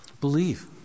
believe